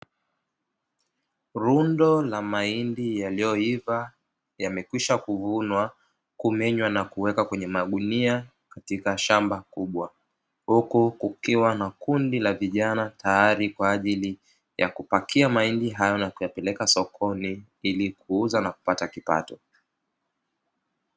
Lundo la mahindi yaliyoiva yamekwisha kuvunwa, kumenywa na kuwekwa kwenye magunia katika shamba kubwa, huku kukiwa na kundi la vijana tayari kwa ajili ya kupakia mahindi hayo na kuyapeleka sokoni ili kuuza na kupata kipato.